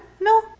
No